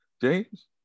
James